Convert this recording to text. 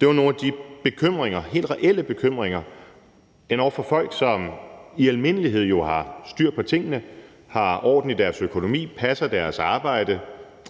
Det var nogle af bekymringerne, helt reelle bekymringer, endog for folk, som jo i almindelighed har styr på tingene, har orden i deres økonomi, passer deres arbejde,